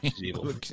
Evil